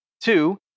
Two